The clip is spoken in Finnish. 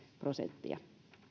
prosenttia